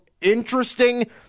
interesting